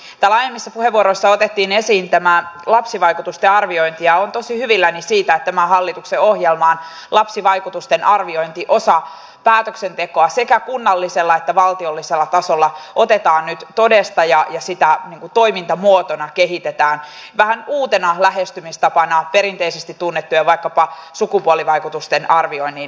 täällä aiemmissa puheenvuoroissa otettiin esiin lapsivaikutusten arviointi ja olen tosi hyvilläni siitä että tämän hallituksen ohjelmaan lapsivaikutusten arviointi osana päätöksentekoa sekä kunnallisella että valtiollisella tasolla otetaan nyt todesta ja sitä toimintamuotona kehitetään vähän uutena lähestymistapana perinteisesti tunnettujen vaikkapa sukupuolisvaikutusten arvioinnin lisäksi